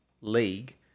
league